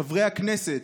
חברי הכנסת,